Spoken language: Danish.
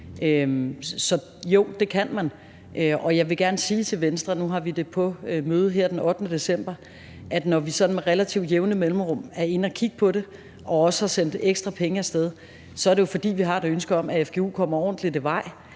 Så jo, det kan man. Jeg vil gerne sige til Venstre, og nu har vi det på mødet her den 8. december, at når vi sådan med relativt jævne mellemrum er inde og kigge på det og også har sendt ekstra penge af sted, er det jo, fordi vi har et ønske om, at fgu kommer ordentligt i vej,